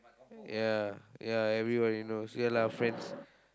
ya ya everyone knows ya lah friends